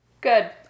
Good